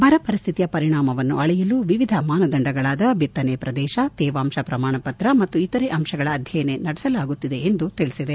ಬರ ಪರಿಸ್ಟಿತಿಯ ಪರಿಣಾಮವನ್ನು ಅಳೆಯಲು ವಿವಿಧ ಮಾನದಂಡಗಳಾದ ಬಿತ್ತನೆ ಪ್ರದೇಶ ತೇವಾಂಶ ಪ್ರಮಾಣ ಪತ್ರ ಮತ್ತು ಇತರೆ ಅಂಶಗಳ ಅಧ್ಯಯನ ನಡೆಸಲಾಗುತ್ತಿದೆ ಎಂದು ತಿಳಿಸಿದೆ